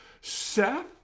Seth